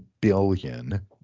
billion